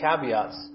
caveats